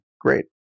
great